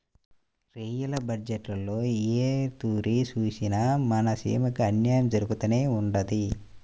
rail బజ్జెట్టులో ఏ తూరి సూసినా మన సీమకి అన్నాయం జరగతానే ఉండాది